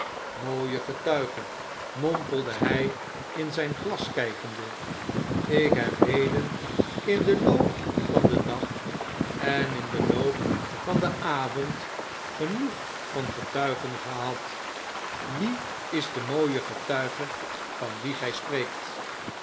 mooie getuige mompelde hjj in zijn glas kjjkende ik heb heden in den loop van den dag en in den loop van den avond genoeg van getuigen gehad wie is de mooie getuige van wie gij spreekt